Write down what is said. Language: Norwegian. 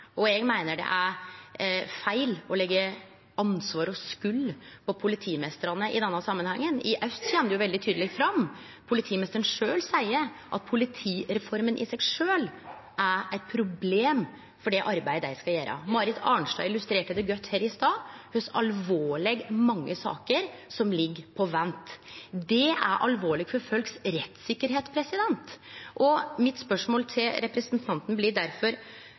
og eg meiner det er feil å leggje ansvar og skuld på politimeistrane i denne samanhengen. I Aust politidistrikt kjem det jo veldig tydeleg fram, for politimeisteren sjølv seier at politireforma i seg sjølv er eit problem for det arbeidet dei skal gjere. Marit Arnstad illustrerte det godt her i stad, at det er alvorleg mange saker som ligg på vent. Det er alvorleg for folks rettssikkerheit. Mitt spørsmål til representanten blir